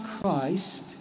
Christ